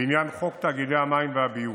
בעניין חוק תאגידי המים והביוב.